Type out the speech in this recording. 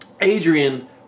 Adrian